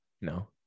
No